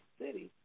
city